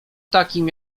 takim